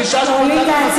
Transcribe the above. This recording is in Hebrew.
אל תמהרי,